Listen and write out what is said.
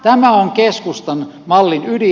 tämä on keskustan mallin ydin